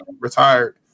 retired